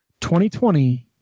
2020